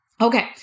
Okay